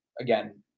again